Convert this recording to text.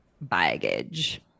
baggage